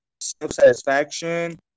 self-satisfaction